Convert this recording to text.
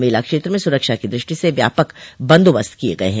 मेला क्षेत्र में सुरक्षा की दृष्टि से व्यापक बंदोबस्त किये गये हैं